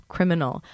Criminal